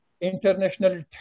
international